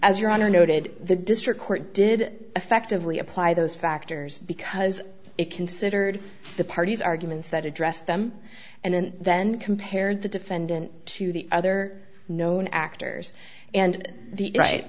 as your honor noted the district court did effectively apply those factors because it considered the parties arguments that address them and then compared the defendant to the other known actors and the right